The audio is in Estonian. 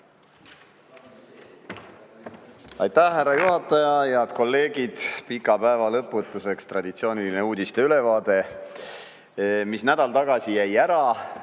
Aitäh, härra juhataja! Head kolleegid! Pika päeva lõpetuseks traditsiooniline uudiste ülevaade, mis nädal tagasi jäi ära,